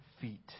feet